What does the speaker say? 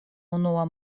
unua